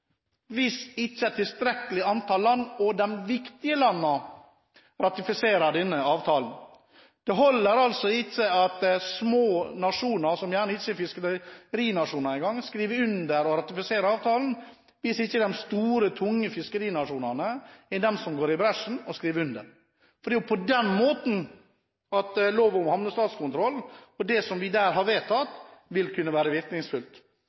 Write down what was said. hvis ikke et tilstrekkelig antall land – og de viktige landene – ratifiserer denne avtalen. Det holder altså ikke at små nasjoner, som gjerne ikke er fiskerinasjoner engang, skriver under og ratifiserer avtalen, hvis ikke de store, tunge fiskerinasjonene går i bresjen og skriver under. Det er på den måten avtalen om hamnestatskontroll, og det vi der har vedtatt, vil kunne være